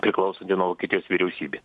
priklausanti nuo vokietijos vyriausybė